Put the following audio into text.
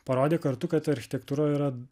parodė kartu kad architektūra yra